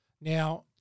Now